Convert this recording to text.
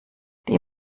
die